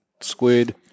squid